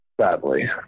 sadly